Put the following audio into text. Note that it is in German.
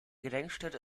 gedenkstätte